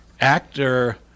actor